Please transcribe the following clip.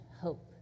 hope